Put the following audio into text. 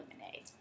lemonade